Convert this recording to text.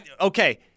okay –